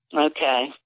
Okay